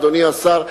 אדוני השר,